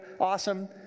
awesome